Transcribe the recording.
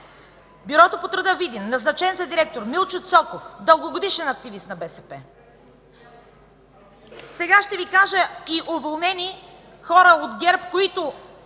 Бюрото по труда – Видин, назначен за директор Милчо Цоков, дългогодишен активист на БСП. Сега ще Ви кажа и уволнени хора от ГЕРБ, които